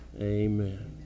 Amen